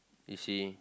you see